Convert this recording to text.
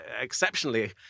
exceptionally